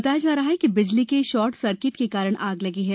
बताया जाता है कि बिजली के शार्ट सर्किट के कारण आग लगी है